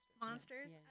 monsters